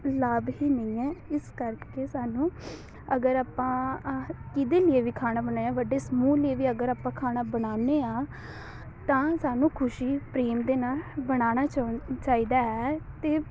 ਲਾਭ ਹੀ ਨਹੀਂ ਹੈ ਇਸ ਕਰਕੇ ਸਾਨੂੰ ਅਗਰ ਆਪਾਂ ਅਹ ਕਿਹਦੇ ਲੀਏ ਵੀ ਖਾਣਾ ਬਣਾਇਆ ਵੱਡੇ ਸਮੂਹ ਲਈ ਵੀ ਅਗਰ ਆਪਾਂ ਖਾਣਾ ਬਣਾਉਂਦੇ ਹਾਂ ਤਾਂ ਸਾਨੂੰ ਖੁਸ਼ੀ ਪ੍ਰੇਮ ਦੇ ਨਾਲ ਬਣਾਉਣਾ ਚਾਹੁ ਚਾਹੀਦਾ ਹੈ ਅਤੇ